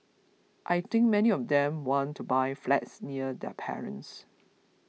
I think many of them want to buy flats near their parents